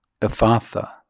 Ephatha